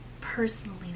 personally